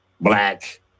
black